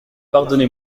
pardonnez